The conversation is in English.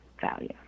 value